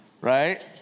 right